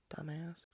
Dumbass